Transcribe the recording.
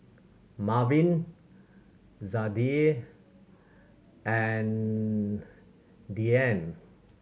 Marvin Zadie and Dianne